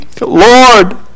Lord